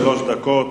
שלוש דקות.